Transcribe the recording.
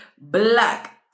Black